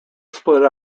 split